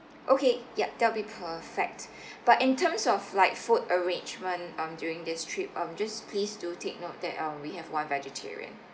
okay yup that'll be perfect but in terms of like food arrangement um during this trip um just please do take note that uh we have one vegetarian